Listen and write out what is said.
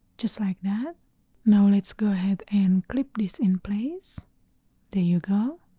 just like that now let's go ahead and clip this in place there you go.